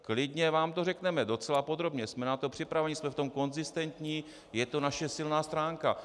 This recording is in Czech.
Klidně vám to řekneme, docela podrobně, jsme na to připraveni, jsme v tom konzistentní, je to naše silná stránka.